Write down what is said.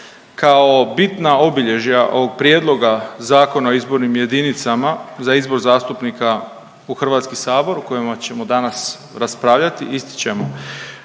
kao bitna obilježja ovog prijedloga Zakona o izbornim jedinicama za izbor zastupnika u HS o kojima ćemo danas raspravljati ističemo,